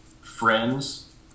friends